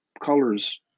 colors